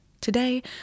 Today